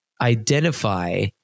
identify